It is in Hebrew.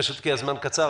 פשוט כי הזמן קצר,